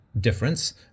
difference